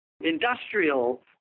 industrial